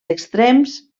extrems